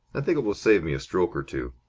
i think it will save me a stroke or two.